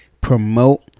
promote